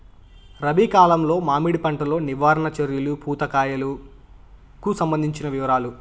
రబి కాలంలో మామిడి పంట లో నివారణ చర్యలు పూత కాయలకు సంబంధించిన వివరాలు?